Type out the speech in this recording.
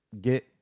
Get